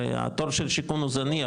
הרי התור של שיכון הוא זניח,